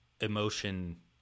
emotion